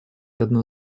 одно